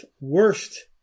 worst